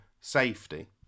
safety